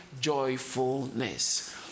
joyfulness